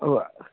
ओ